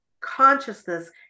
consciousness